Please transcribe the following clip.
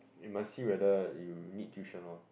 you must see whether you need tuition lor